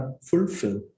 fulfill